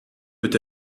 peut